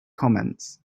comments